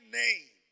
name